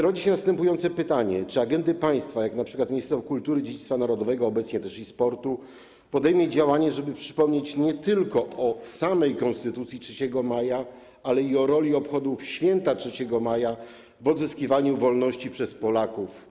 Rodzi się następujące pytanie: Czy państwo, np. Ministerstwo Kultury i Dziedzictwa Narodowego, obecnie i sportu, podejmie działania, żeby przypomnieć nie tylko o samej Konstytucji 3 maja, ale i o roli obchodów święta 3 maja w odzyskiwaniu wolności przez Polaków?